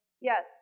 Yes